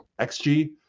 XG